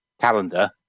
calendar